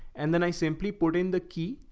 and then i simply put in the key.